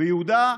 ביהודה,